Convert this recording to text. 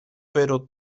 pero